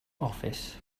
office